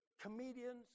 comedians